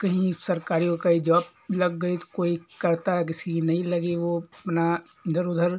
कहीं सरकारी ओरकारी जॉब लग गई तो कोई करता है जिसकी नहीं लगी तो वो अपना इधर उधर